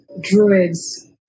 druids